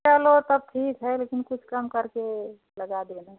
चलो तब ठीक है लेकिन कुछ कम करके लगा देना